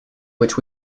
which